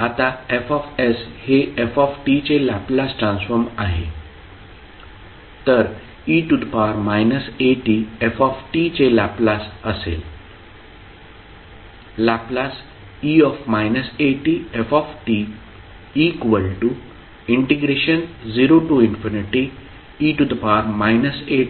आता F हे f चे लॅपलास ट्रान्सफॉर्म आहे तर e atf चे लॅपलास असेल Le atf0e atfte stdt0fe satdtFsa Le